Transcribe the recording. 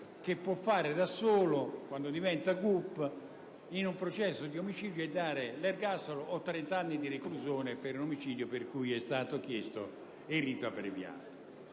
che può fare da solo, quando diventa GUP, in un processo di omicidio e dare l'ergastolo o 30 anni di reclusione per l'omicidio per cui è stato chiesto il rito abbreviato.